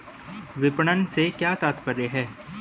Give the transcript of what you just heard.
विपणन से क्या तात्पर्य है?